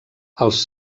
els